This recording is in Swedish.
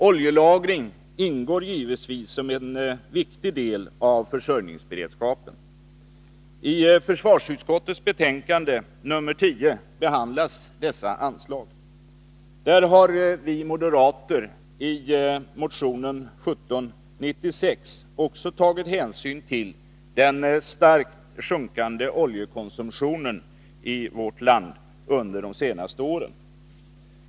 Oljelagring ingår givetvis som en viktig del av försörjningsberedskapen. I försvarsutskottets betänkande nr 10 behandlas dessa anslag. Där har vi moderater i motionen 1796 också tagit hänsyn till den starkt sjunkande oljekonsumtionen i vårt land under de senaste åren.